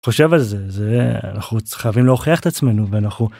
חושב על זה זה אנחנו חייבים להוכיח את עצמנו ואנחנו.